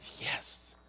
yes